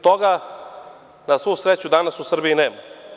Toga na svu sreću, danas u Srbiji nema.